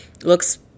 looks